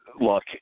look